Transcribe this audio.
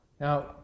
Now